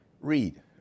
read